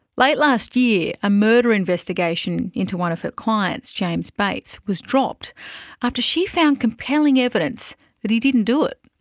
late last year a murder investigation into one of her clients, james bates, was dropped after she found compelling evidence that he didn't do it.